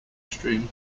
extreme